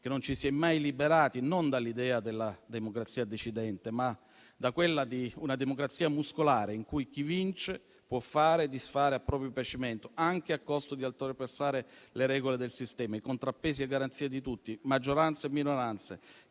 che non ci si è mai liberati dall'idea non della democrazia decidente, ma di una democrazia muscolare in cui chi vince può fare e disfare a proprio piacimento, anche a costo di oltrepassare le regole del sistema, i contrappesi e le garanzie di tutti, maggioranze e minoranze,